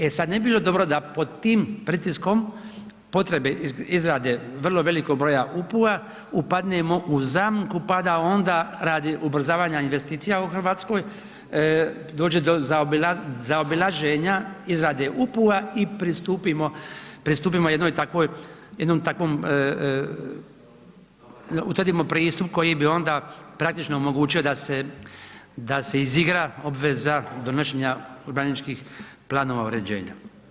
E sad ne bi bilo dobro da pod tim pritiskom potrebe izrade vrlo velikog broja UPU-a upadnemo u zamku pa da onda radi ubrzavanja investicija u Hrvatskoj dođe do zaobilaženja izrade UPU-a i pristupimo jednoj takvoj, jednom takvom, utvrdimo pristup koji bi onda praktično omogućio da se izigra obveza donošenja urbanističkih planova uređenja.